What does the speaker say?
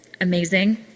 amazing